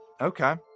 Okay